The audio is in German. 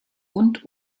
und